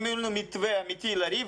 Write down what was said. אם יהיה לנו מתווה אמיתי לריב,